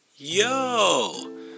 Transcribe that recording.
Yo